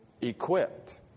equipped